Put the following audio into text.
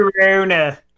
corona